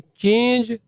change